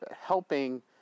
helping